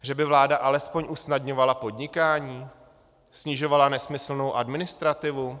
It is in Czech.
Že by vláda alespoň usnadňovala podnikání, snižovala nesmyslnou administrativu?